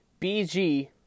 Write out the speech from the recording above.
BG